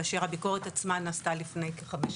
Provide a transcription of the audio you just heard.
כאשר הביקורת עצמה נעשתה לפני כחמש שנים,